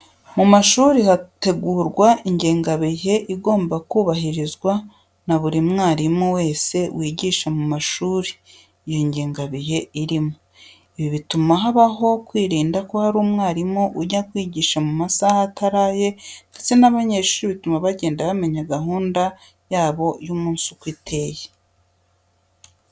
Mu mashuri hategurwa ingengabihe iba igomba kubahirizwa na buri mwarimu wese wigisha mu ishuri iyo ngengabihe irimo. Ibi bituma habaho kwirinda ko hari umwarimu ujya kwigisha mu masaha atari aye ndetse n'abanyeshuri bituma bagenda bamenya gahunda yabo y'umunsi uko iteye.